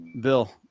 Bill